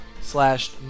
slash